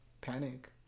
panic